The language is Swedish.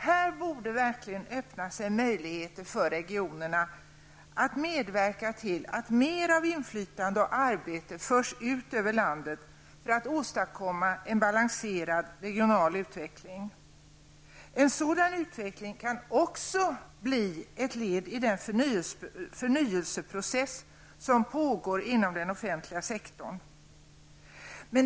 Här borde verkligen öppna sig möjligheter för regionerna att medverka till att mer av inflytande och arbete förs ut över landet för att åstadkomma en balanserad regional utveckling. En sådan utveckling kan också bli ett led i den förnyelseprocess som pågår inom den offentliga sektorn.